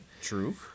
True